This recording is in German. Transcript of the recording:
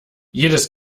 jedes